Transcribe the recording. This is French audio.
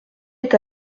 est